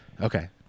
Okay